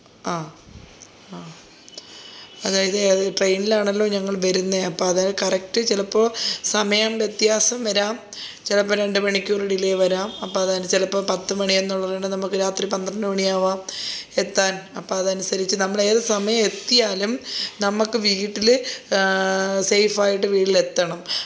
ആ ആ അതായത് ഏത് ട്രെയിനിലാണല്ലോ ഞങ്ങൾ വരുന്നത് അപ്പോൾ അത് കറക്ട് ചിലപ്പോൾ സമയം വ്യത്യാസം വരാം ചിലപ്പോൾ രണ്ട് മണിക്കൂർ ഡിലെ വരാം അപ്പോഴത് ചിലപ്പോൾ പത്ത് മണി എന്നുള്ളതുകൊണ്ട് നമുക്ക് രാത്രി പന്ത്രണ്ടു മണിയാവാം എത്താൻ അപ്പോഴതനുസരിച്ച് നമ്മൾ ഏതുസമയം എത്തിയാലും നമ്മൾക്ക് വീട്ടിൾ സേഫ് ആയിട്ട് വീട്ടിൽ എത്തണം